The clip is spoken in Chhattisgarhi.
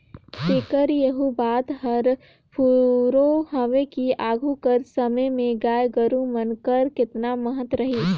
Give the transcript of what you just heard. तेकर एहू बात हर फुरों हवे कि आघु कर समे में गाय गरू मन कर केतना महत रहिस